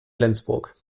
flensburg